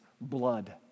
blood